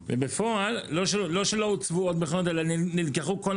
ובפועל לא שלא הוצבו עוד מכונות אלא נלקחו כל